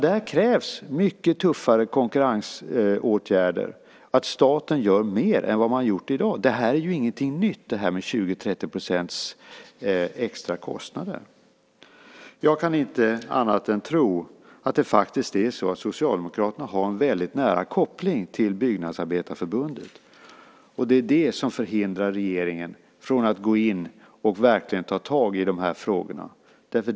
Där krävs det mycket tuffare konkurrensåtgärder, att staten gör mer än vad man gjort i dag. Det här med 20-30 % extrakostnader är ju ingenting nytt. Jag kan inte annat än tro att det faktiskt är så att Socialdemokraterna har en väldigt nära koppling till Byggnadsarbetareförbundet, och det är det som förhindrar regeringen från att gå in och verkligen ta tag i de här frågorna.